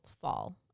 fall